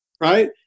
Right